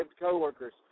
co-workers